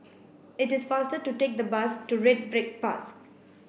it is faster to take the bus to Red Brick Path